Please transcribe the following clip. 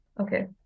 Okay